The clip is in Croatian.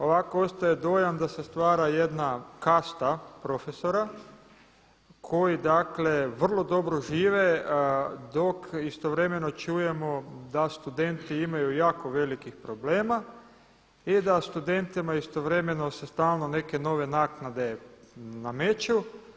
Ovako ostaje dojam da se stvara jedna kasta profesora koji dakle vrlo dobro žive dok istovremeno čujemo da studenti imaju jako velikih problema i da studentima istovremeno se stalno neke nove naknade nameću.